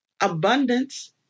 Abundance